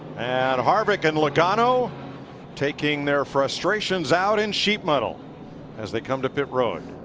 and harvick and logano taking their frustrations out in sheet metal as they come to pit road.